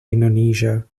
indonesia